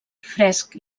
fresc